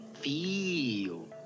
Feel